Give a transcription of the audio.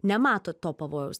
nematot to pavojaus